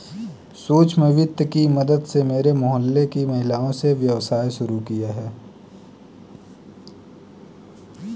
सूक्ष्म वित्त की मदद से मेरे मोहल्ले की महिलाओं ने व्यवसाय शुरू किया है